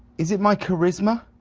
is it my charisma?